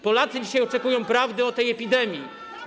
Polacy dzisiaj oczekują prawdy o epidemii.